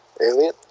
Alien